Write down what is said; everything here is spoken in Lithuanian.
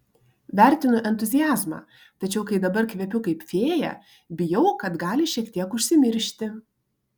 vertinu entuziazmą tačiau kai dabar kvepiu kaip fėja bijau kad gali šiek tiek užsimiršti